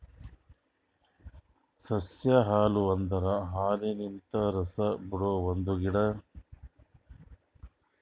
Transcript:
ಸಸ್ಯ ಹಾಲು ಅಂದುರ್ ಹಾಲಿನಂತ ರಸ ಬಿಡೊ ಒಂದ್ ಗಿಡ